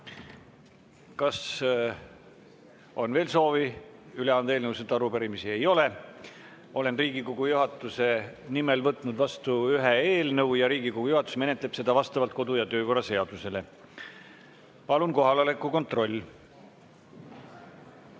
Kas on veel soovi üle anda eelnõusid ja arupärimisi? Ei ole. Olen Riigikogu juhatuse nimel võtnud vastu ühe eelnõu ja Riigikogu juhatus menetleb seda vastavalt kodu- ja töökorra seadusele. Palun kohaloleku kontroll!